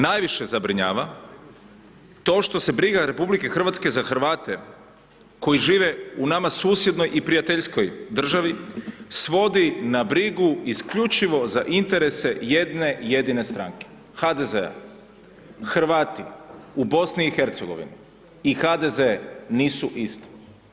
Najviše zabrinjava to što se briga RH za Hrvate koji žive u nama susjednoj i prijateljskoj državi svodi na brigu isključivo za interese jedne jedine stranke, HDZ-a, Hrvati u BIH, i HDZ nisu istina.